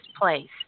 place